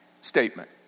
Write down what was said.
statement